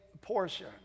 portion